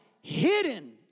hidden